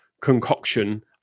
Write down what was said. concoction